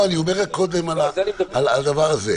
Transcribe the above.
לא, אני אומר קודם על הדבר הזה.